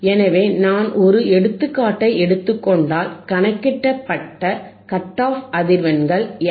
எனவே நான் ஒரு எடுத்துக்காட்டை எடுத்துக்கொண்டால் கணக்கிடப்பட்ட கட் ஆப் அதிர்வெண்கள் எஃப்